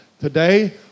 Today